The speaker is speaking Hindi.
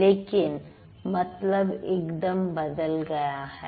लेकिन मतलब एकदम बदल गया है